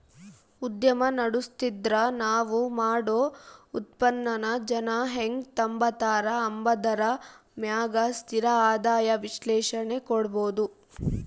ಉದ್ಯಮ ನಡುಸ್ತಿದ್ರ ನಾವ್ ಮಾಡೋ ಉತ್ಪನ್ನಾನ ಜನ ಹೆಂಗ್ ತಾಂಬತಾರ ಅಂಬಾದರ ಮ್ಯಾಗ ಸ್ಥಿರ ಆದಾಯ ವಿಶ್ಲೇಷಣೆ ಕೊಡ್ಬೋದು